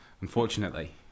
unfortunately